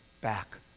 back